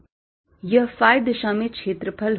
यह phi दिशा में क्षेत्रफल होगा